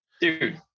Dude